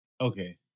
Okay